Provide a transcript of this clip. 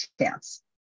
chance